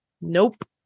Nope